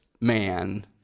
man